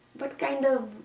what kind of.